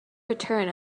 return